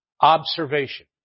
Observation